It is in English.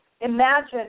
Imagine